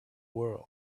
world